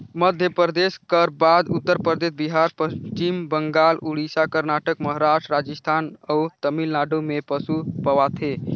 मध्यपरदेस कर बाद उत्तर परदेस, बिहार, पच्छिम बंगाल, उड़ीसा, करनाटक, महारास्ट, राजिस्थान अउ तमिलनाडु में पसु पवाथे